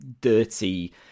dirty